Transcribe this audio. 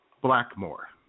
Blackmore